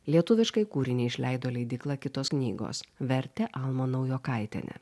lietuviškai kūrinį išleido leidykla kitos knygos vertė alma naujokaitienė